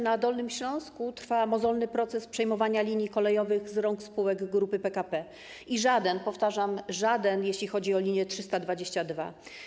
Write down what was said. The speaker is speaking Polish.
Na Dolnym Śląsku trwa mozolny proces przejmowania linii kolejowych z rąk spółek Grupy PKP i żaden, powtarzam: żaden, jeśli chodzi o linię nr 322.